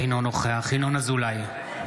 אינו נוכח ינון אזולאי,